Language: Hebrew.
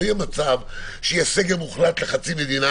לא יהיה מצב שיהיה סגר מוחלט לחצי מדינה